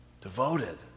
devoted